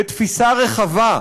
בתפיסה רחבה.